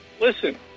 Listen